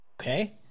okay